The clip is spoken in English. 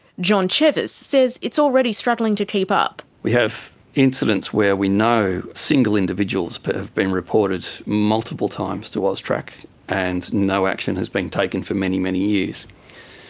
john chevis says it's already struggling to keep up. we have incidents where we know single individuals but have been reported multiple times to austrac and no action has been taken for many, many years.